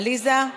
עליזה?